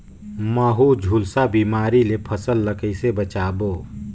महू, झुलसा बिमारी ले फसल ल कइसे बचाबो?